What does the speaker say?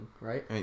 right